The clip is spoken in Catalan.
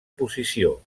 posició